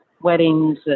weddings